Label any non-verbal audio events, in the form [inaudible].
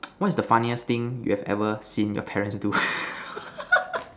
what is the funniest thing you've ever seen your parents do [laughs]